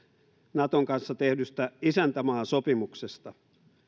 naton kanssa tehdystä isäntämaasopimuksesta